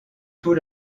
tous